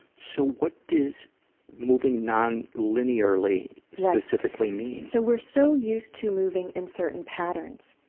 so what does moving non-linearly specifically mean? so we're so used to moving in certain patterns.